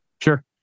Sure